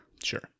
Sure